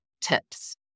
tips